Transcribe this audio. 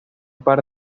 par